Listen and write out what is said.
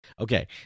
Okay